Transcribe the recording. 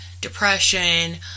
depression